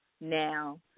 now